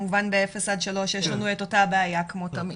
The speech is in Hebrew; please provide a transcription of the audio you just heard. וכמובן באפס עד שלוש יש לנו את אותה בעיה כמו תמיד,